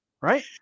right